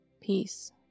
peace